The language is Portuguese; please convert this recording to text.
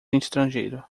estrangeiro